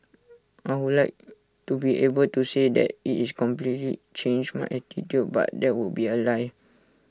I would like to be able to say that IT is completely changed my attitude but that would be A lie